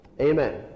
amen